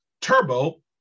Turbo